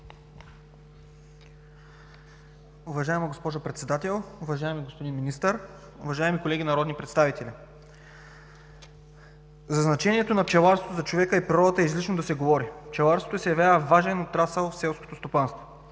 Уважаема госпожо Председател, уважаеми господин Министър, уважаеми колеги народни представители! За значението на пчеларството за човека и природата е излишно да се говори. Пчеларството се явява важен отрасъл в селското стопанство.